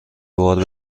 بار